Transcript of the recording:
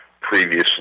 previously